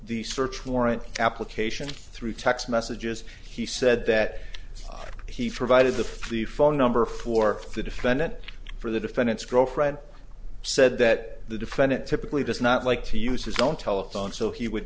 the search warrant application through text messages he said that he for vide of the for the phone number for the defendant for the defendant's girlfriend said that the defendant typically does not like to use his own telephone so he would